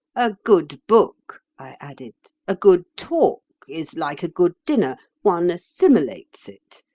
a good book, i added a good talk is like a good dinner one assimilates it.